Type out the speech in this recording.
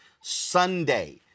Sunday